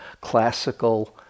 classical